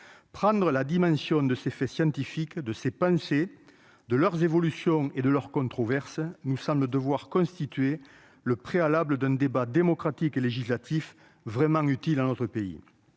Prendre la dimension de ces faits scientifiques, de ces pensées, de leurs évolutions et de leurs controverses nous semble devoir constituer le préalable d'un débat démocratique et législatif vraiment utile à notre pays.